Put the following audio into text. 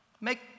make